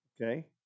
Okay